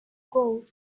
gold